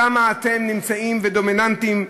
שם אתם נמצאים ודומיננטיים,